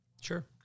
Sure